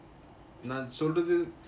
நான் சொல்றது:naan solrathu